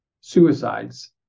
suicides